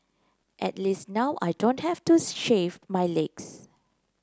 at least now I don't have to shave my legs